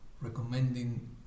recommending